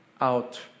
out